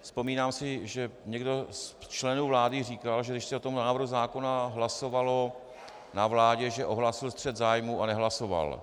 Vzpomínám si, že někdo z členů vlády říkal, že když se o tom návrhu zákona hlasovalo na vládě, že ohlásil střet zájmů a nehlasoval.